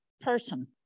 person